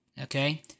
Okay